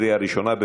לקריאה ראשונה.